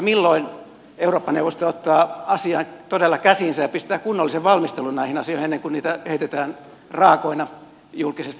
milloin eurooppa neuvosto ottaa asian todella käsiinsä ja pistää kunnollisen valmistelun näihin asioihin ennen kuin niitä heitetään raakoina julkisesti riepoteltaviksi